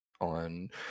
on